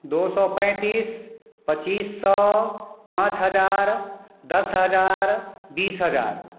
दो सौ पैंतीस पच्चीस सौ पाँच हज़ार दस हज़ार बीस हज़ार